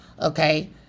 Okay